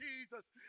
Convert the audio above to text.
Jesus